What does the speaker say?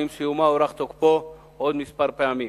ועם סיומה הוארך תוקפו עוד כמה פעמים.